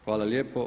Hvala lijepo.